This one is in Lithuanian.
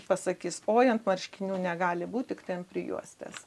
pasakys oi ant marškinių negali būt tiktai ant prijuostės